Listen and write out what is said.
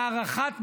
הארכת מועד.